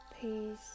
peace